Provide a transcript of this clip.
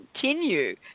continue